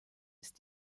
ist